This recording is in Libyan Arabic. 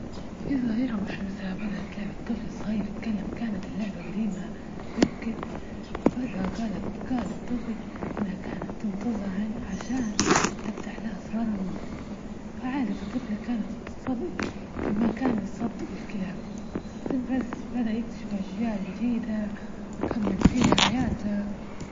في ظاهرة مش من ساعة بدت لعبة طفل صغير تتكلم، كانت اللعبة جديمة بكل، وفجأة جالت- جال الطفل إنها كانت تنتظر عن- عشان تفتح لها اسرار الماضي عادة الطفل، كانت تصدق ما كان يصدج الكلام بس بدأ يكتشف أشياء جديدة يكمل بها حياته.